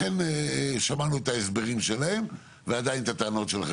שמענו את ההסברים שלהם ועדיין את הטענות שלכם.